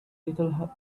little